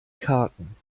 karten